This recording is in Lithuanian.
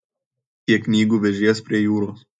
kiek knygų vežies prie jūros